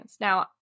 Now